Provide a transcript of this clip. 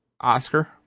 Oscar